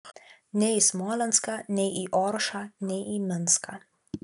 nei į smolenską nei į oršą nei į minską